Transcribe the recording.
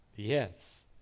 Yes